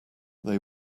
they